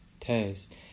taste